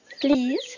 please